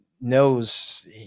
knows